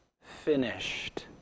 Finished